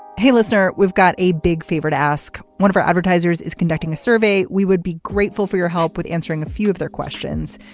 hey listener we've got a big favor to ask one of your advertisers is conducting a survey we would be grateful for your help with answering a few of their questions.